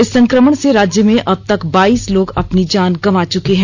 इस संकमण से राज्य में अबतक बाइस लोग अपनी जांन गवां चुके हैं